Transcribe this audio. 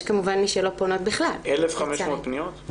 יש כמובן מי שלא פונות בכלל --- 1,500 פניות?